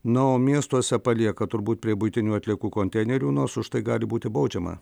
na o miestuose palieka turbūt prie buitinių atliekų konteinerių nors už tai gali būti baudžiama